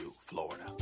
Florida